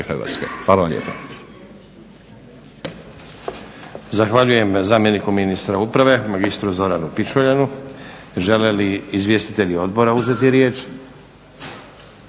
Hvala vam lijepa.